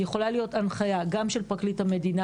יכולה להיות הנחיה גם של פרקליט המדינה